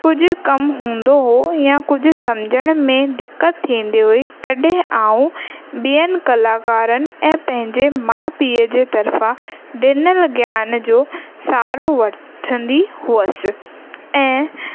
कुझु कमु हूंदो हो या कुझु सम्झण में दिक़त थींदी हुई तॾहिं आउं ॿियनि कलाकारनि ऐं पंहिंजे माउ पीउ तर्फ़ां ॾिनलु ज्ञान जो सहारो वठंदी हुअसि ऐं